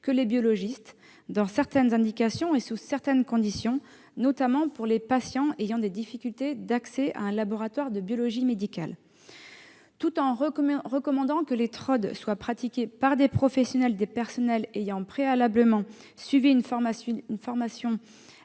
que les biologistes, selon certaines indications et sous certaines conditions, notamment pour les patients ayant des difficultés d'accès à un laboratoire de biologie médicale. Tout en recommandant que les TROD soient pratiqués par des professionnels, des personnels ayant préalablement suivi une formation